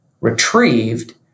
retrieved